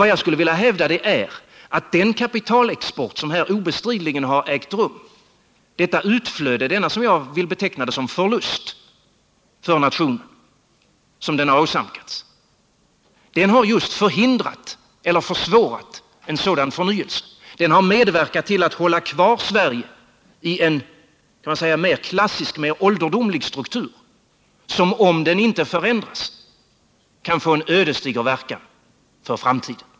Vad jag skulle vilja hävda är att den kapitalexport som här obestridligen har ägt rum, detta utflöde, som jag skulle vilja beteckna som en förlust för nationen, just har förhindrat eller försvårat en sådan förnyelse. Kapitalexporten har medverkat till att hålla kvar Sverige i en mera klassisk och ålderdomlig struktur, vilken, om den inte förändras, kan få en ödesdiger verkan för framtiden.